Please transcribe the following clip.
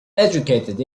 educated